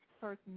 person